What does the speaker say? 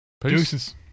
Deuces